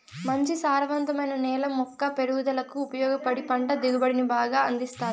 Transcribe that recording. మంచి సారవంతమైన నేల మొక్క పెరుగుదలకు ఉపయోగపడి పంట దిగుబడిని బాగా అందిస్తాది